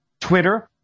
Twitter